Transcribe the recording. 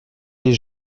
des